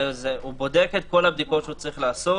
הוא בודק את כל הבדיקות שהוא צריך לעשות,